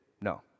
no